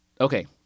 Okay